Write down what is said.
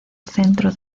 centro